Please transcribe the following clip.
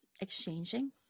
exchanging